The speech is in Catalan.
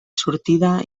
sortida